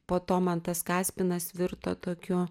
po to man tas kaspinas virto tokiu